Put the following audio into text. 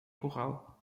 curral